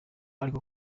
ariko